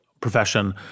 profession